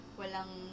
walang